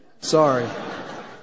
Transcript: sorry